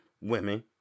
women